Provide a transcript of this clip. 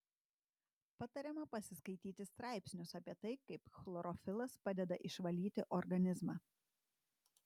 patariama pasiskaityti straipsnius apie tai kaip chlorofilas padeda išvalyti organizmą